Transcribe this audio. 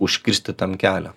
užkirsti tam kelią